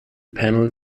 panel